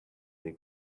make